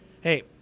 hey